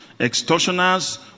extortioners